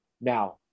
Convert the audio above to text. Now